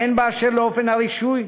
הן באשר לאופן הרישוי,